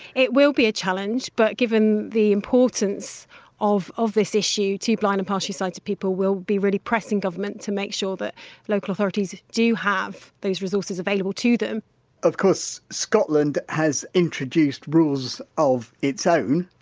it will be a challenge but given the importance of of this issue to blind and partially sighted people we'll be really pressing government to make sure that local authorities do have those resources available to them of course, scotland has introduced rules of its own,